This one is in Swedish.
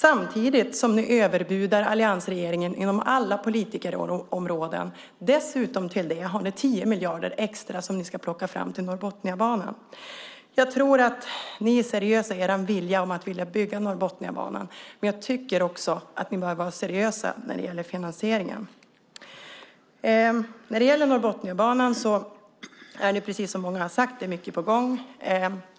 Samtidigt bjuder ni över alliansregeringen inom alla politikområden. Därutöver har ni 10 miljarder extra som ni ska plocka fram till Norrbotniabanan. Jag tror att ni är seriösa i er vilja att bygga Norrbotniabanan. Men ni bör också, tycker jag, vara seriösa kring finansieringen. När det gäller Norrbotniabanan är mycket på gång, som många sagt.